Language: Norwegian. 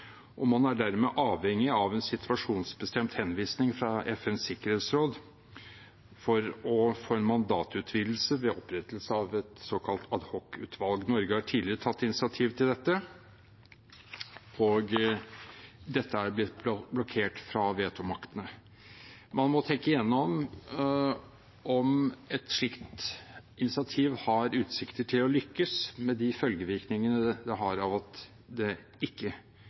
og man er dermed avhengig av en situasjonsbestemt henvisning fra FNs sikkerhetsråd for å få en mandatutvidelse ved opprettelse av et såkalt adhocutvalg. Norge har tidligere tatt initiativ til dette, og dette er blitt blokkert fra vetomaktene. Man må tenke gjennom om et slikt initiativ har utsikter til å lykkes, med de følgevirkningene det har av at det ikke